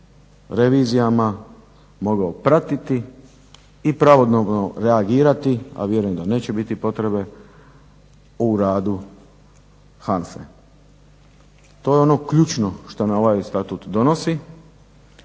revizijama mogao pratiti i pravodobno reagirati a vjerujem da neće biti potrebe u radu HNFA-e. To je ono ključno što nam ovaj Statut donosi